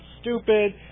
stupid